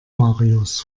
marius